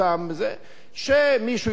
שמישהו יצלם את זה,